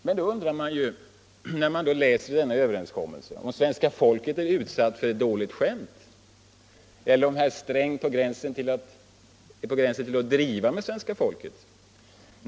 Men när man läser den skatteöverenskommelse som nu träffats, undrar man om svenska folket har varit utsatt för ett dåligt skämt eller om herr Sträng är på gränsen till att driva med svenska folket.